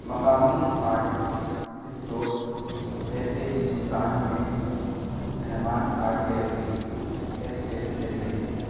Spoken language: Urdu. مقامی آرٹ اسٹورس جیسے ہندوستان میں رحمان آرٹ گیلری یا اسٹیشنری ایکس